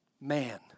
man